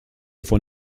von